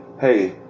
Hey